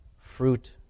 fruit